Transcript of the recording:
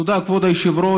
תודה, כבוד היושב-ראש.